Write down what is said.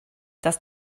das